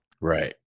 right